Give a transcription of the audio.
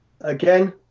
Again